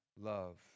love